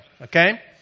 okay